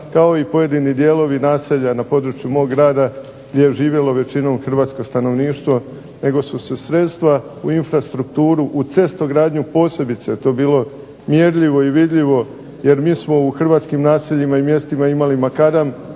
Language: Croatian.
kao i pojedini dijelovi naselja na području mog grada gdje je živjelo većinom hrvatsko stanovništvo, nego su se sredstva u infrastrukturu, u cestogradnju posebice je to bilo mjerljivo i vidljivo, jer mi smo u hrvatskim naseljima imali makadam,